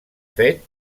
fet